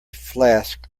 flask